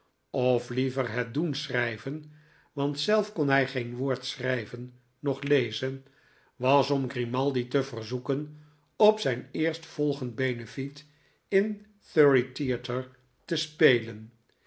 of liever het doen schrijven want zelf kon hij geen woord schrijven noch lezen was om grimaldi te verzoeken op zijn eerstvolgend benefiet in surrey theater te speien